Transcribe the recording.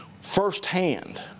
firsthand